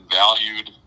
valued